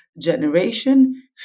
generation